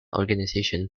organization